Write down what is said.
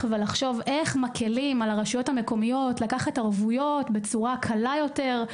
והקלה על רשויות מקומיות לקחת ערבויות בצורה קלה יותר,